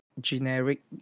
generic